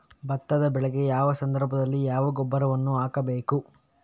ಭತ್ತದ ಬೆಳೆಗೆ ಯಾವ ಸಂದರ್ಭದಲ್ಲಿ ಯಾವ ಗೊಬ್ಬರವನ್ನು ಹಾಕಬೇಕು?